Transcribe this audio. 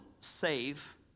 save